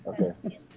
Okay